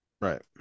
right